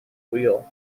wheel